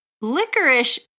licorice